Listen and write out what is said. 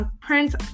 Prince